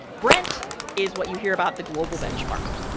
brent is what you hear about the global benchmark.